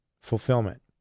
Fulfillment